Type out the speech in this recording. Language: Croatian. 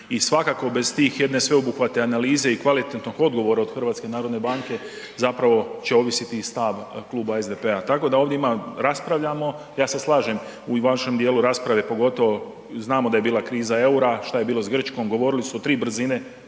i svakako bez tih jedne sveobuhvatne analize i kvalitetnog odgovora od HNB-a zapravo će ovisiti i stav kluba SDP-a. Tako da o njima raspravljamo, ja se slažem u vašem dijelu rasprave pogotovo znamo da je bila kriza eura, šta je bilo sa Grčkom, govorili su o tri brzine,